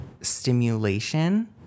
stimulation